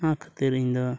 ᱚᱱᱟ ᱠᱷᱟᱹᱛᱤᱨ ᱤᱧ ᱫᱚ